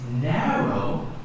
narrow